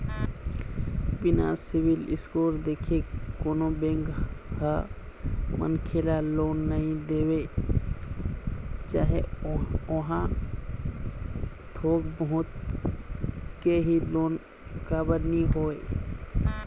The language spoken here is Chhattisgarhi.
बिना सिविल स्कोर देखे कोनो बेंक ह मनखे ल लोन नइ देवय चाहे ओहा थोक बहुत के ही लोन काबर नीं होवय